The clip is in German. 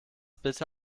bitte